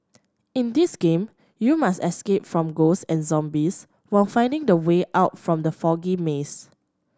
in this game you must escape from ghosts and zombies while finding the way out from the foggy maze